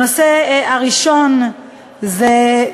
הנושא הראשון הוא: